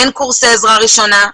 אין קורסי עזרה ראשונה,